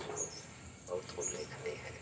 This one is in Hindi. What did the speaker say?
जो बहुत उल्लेखनीय है